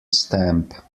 stamp